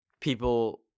people